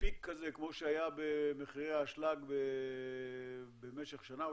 פיק כזה כמו שהיה במחירי האשלג במשך שנה או